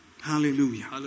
Hallelujah